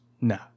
No